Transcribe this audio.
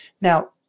Now